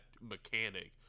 mechanic